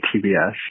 TBS